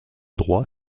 droit